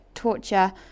Torture